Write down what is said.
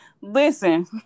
Listen